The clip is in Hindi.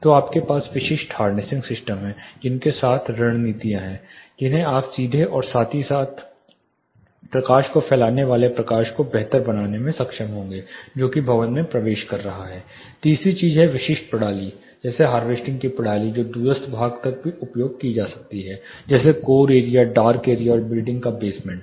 तो आपके पास विशिष्ट हार्नेसिंग सिस्टम हैं जिनके साथ रणनीतियां हैं जिन्हें आप सीधे और साथ ही साथ प्रकाश को फैलाने वाले प्रकाश को बेहतर बनाने में सक्षम होंगे जो कि भवन में प्रवेश कर रहा है तीसरी चीज है विशिष्ट प्रणाली जैसे हार्वेस्टिंग की प्रणाली जो दूरस्थ भाग तक भी उपयोग की जाती है जैसे कोर एरिया डार्क एरिया और बिल्डिंग का बेसमेंट